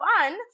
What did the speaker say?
fun